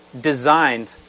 designed